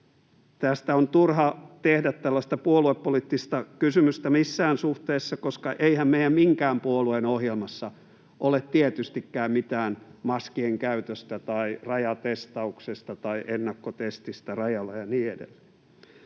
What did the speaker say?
Tästä on turha tehdä tällaista puoluepoliittista kysymystä missään suhteessa, koska eihän minkään puolueen ohjelmassa ole tietystikään mitään maskien käytöstä tai rajatestauksesta tai ennakkotestistä rajalla ja niin edelleen.